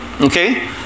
Okay